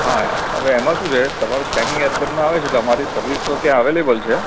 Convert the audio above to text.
હા હવે એમાં શું છે તમારું સેમી અબર્નમાં આવે છે તો અમારી સર્વિસ તો ત્યાં અવેલેબલ છે